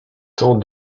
tant